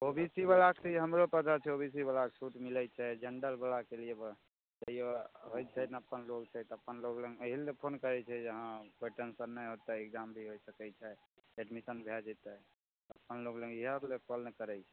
ओ B C बला छी हमरो पता छै ओ बी सी बला छूट मिलैत छै जेन्डर बलाके लिए बड़ा तैयो होएत छै ने अपन लोग छै तऽ अपन लोग लग एहि ले फोन करैत छै जे हँ कोई टेन्सन नहि होयतै एक्जाम भी होएत सकैत छै एडमिशन भए जेतै अपन लोग लग इएह लेल कॉल ने करैत छै